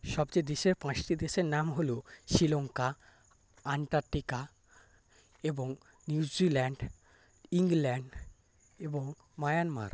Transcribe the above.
সবচেয়ে দেশের পাঁচটি দেশের নাম হল শ্রীলঙ্কা আন্টার্টিকা এবং নিউ জিল্যান্ড ইংল্যান্ড এবং মায়ানমার